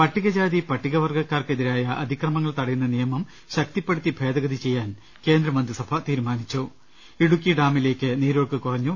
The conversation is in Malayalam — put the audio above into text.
പട്ടികജാതി പട്ടികവർഗ്ഗക്കാർക്കെതിരായ അതിക്രമങ്ങൾ തടയുന്ന നിയമം ശക്തിപ്പെടുത്തി ഭേദഗതി ചെയ്യാൻ കേന്ദ്രമന്ത്രിസഭ തീരുമാനിച്ചു ഇടുക്കി ഡാമിലേക്ക് നീരൊഴുക്ക് കുറഞ്ഞു